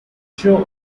show